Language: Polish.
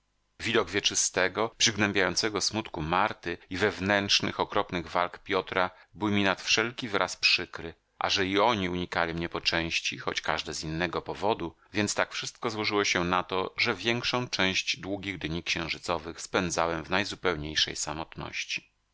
widok wieczystego przygnębiającego smutku marty i wewnętrznych okropnych walk piotra był mi nad wszelki wyraz przykry a że i oni unikali mnie po części choć każde z innego powodu więc tak wszystko złożyło się na to że większą część długich dni księżycowych spędzałem w najzupełniejszej samotności